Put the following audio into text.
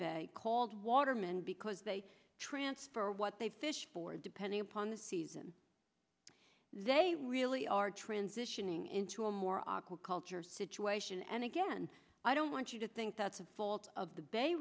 bay called waterman because they transfer what they fish for depending upon the season they really are transitioning into a more awkward culture situation and again i don't want you to think that's a fault of the bay